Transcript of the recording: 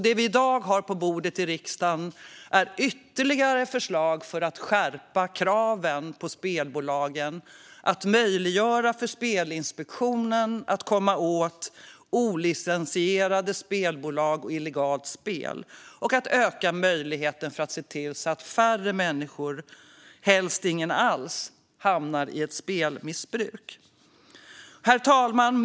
Det vi i dag har på bordet i riksdagen är ytterligare förslag om att skärpa kraven på spelbolagen, att möjliggöra för Spelinspektionen att komma åt olicensierade spelbolag och illegalt spel och att öka möjligheten att se till att färre människor - helst inga alls - hamnar i ett spelmissbruk. Herr talman!